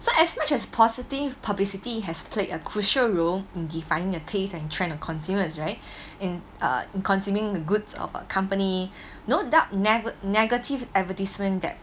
so as much as positive publicity has played a crucial role in defining the taste and trend of consumers right in uh in consuming the goods of a company no doubt nev~ negative advertisement that